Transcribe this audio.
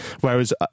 Whereas